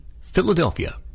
Philadelphia